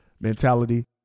mentality